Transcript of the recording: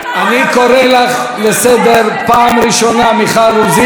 אני קורא אותך לסדר פעם ראשונה,